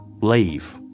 Leave